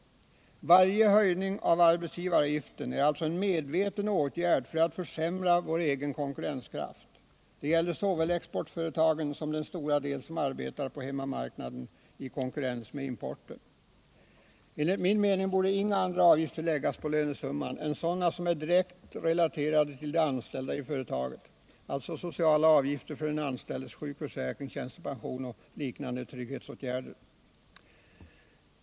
Varje höjning av arbetsgivaravgiften är alltså en medveten åtgärd för att försämra vår egen konkurrenskraft. Det gäller såväl exportföretagen som den stora del som arbetar på hemmamarknaden i konkurrens med importen. Enligt min mening borde inga andra avgifter läggas på lönesumman än sådana som är direkt relaterade till de anställda i företaget, alltså sociala avgifter för den anställdes sjukförsäkring, tjänstepension och liknande trygghetsåtgärder.